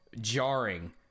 jarring